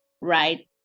right